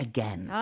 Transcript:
Again